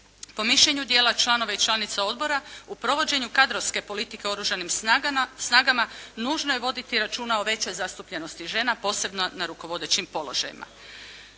Po mišljenju dijela članova i članica odbora u provođenju kadrovske politike u Oružanim snagama nužno je voditi računa o većoj zastupljenosti žena posebno na rukovodećim položajima.